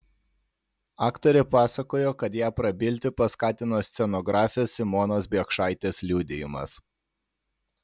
aktorė pasakojo kad ją prabilti paskatino scenografės simonos biekšaitės liudijimas